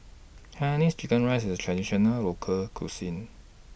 Hainanese Chicken Rice IS A Traditional Local Cuisine